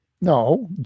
no